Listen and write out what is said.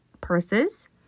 purses